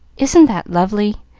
isn't that lovely?